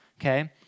okay